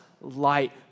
light